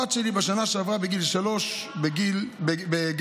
הבת שלי בשנה שעברה, בגיל שלוש, בגן